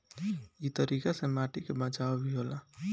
इ तरीका से माटी के बचाव भी होला